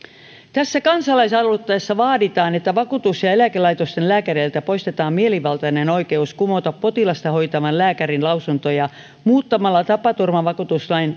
tässä kansalaisaloitteessa vaaditaan että vakuutus ja eläkelaitosten lääkäreiltä poistetaan mielivaltainen oikeus kumota potilasta hoitavan lääkärin lausuntoja muuttamalla tapaturmavakuutuslain